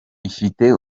ifite